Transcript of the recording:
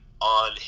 on